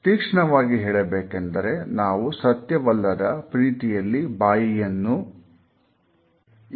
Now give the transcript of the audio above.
ತೀಕ್ಷ್ಣವಾಗಿ ಹೇಳಬೇಕೆಂದರೆ ನಾವು ಸತ್ಯವಲ್ಲದ ರೀತಿಯಲ್ಲಿ ಬಾಯಿಯನ್ನು ರೂಪಿಸಿ ಸ್ನೇಹಮಯವಾದ ಅಥವಾ ಅಧೀನರಾಗಿ ಇರುವಂತೆ ವರ್ತಿಸುತ್ತೇವೆ